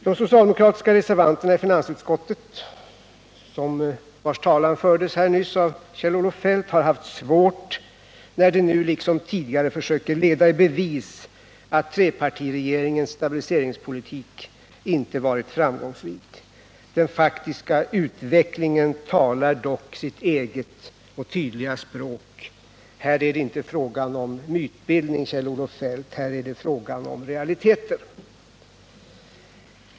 De socialdemokratiska reservanterna i finansutskottet, vilkas talan nyss fördes här av Kjell-Olof Feldt, har haft svårt när de nu liksom tidigare försöker leda i bevis att trepartiregeringens stabiliseringspolitik inte varit framgångsrik. Den faktiska utvecklingen talar dock sitt eget och tydliga språk. Här är det inte fråga om mytbildning, Kjell-Olof Feldt, här är det fråga om realiteter.